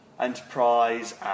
enterprise